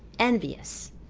envious,